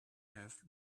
have